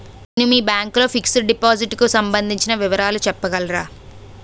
నేను మీ బ్యాంక్ లో ఫిక్సడ్ డెపోసిట్ కు సంబందించిన వివరాలు చెప్పగలరా?